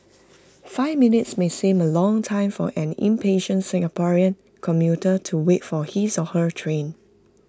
five minutes may seem A long time for an impatient Singaporean commuter to wait for his or her train